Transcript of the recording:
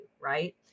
right